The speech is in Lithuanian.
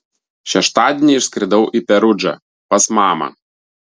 šeštadienį išskridau į perudžą pas mamą